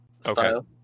style